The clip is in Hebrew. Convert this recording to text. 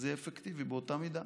זה יהיה אפקטיבי באותה מידה.